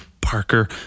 Parker